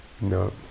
no